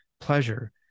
pleasure